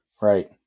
Right